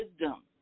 wisdom